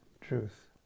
truth